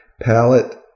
palette